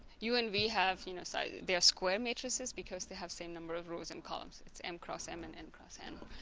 u and v have you know so they're square matrices because they have same number of rows and columns its m cross m and n cross n.